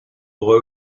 boy